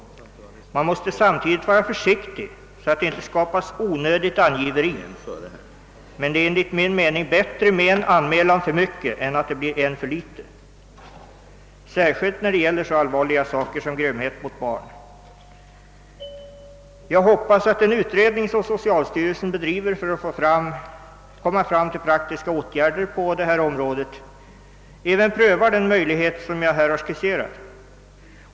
Man måste samtidigt vara försiktig för att inte skapa onödigt angiveri, men det är enligt min mening bättre med en anmälan för mycket än att det blir en för litet, särskilt när det gäller så allvarliga ting som grymhet mot barn. Jag hoppas att den utredning, som socialstyrelsen bedriver för att få till stånd praktiska åtgärder på detta område, även prövar den möjlighet som jag här har skisserat.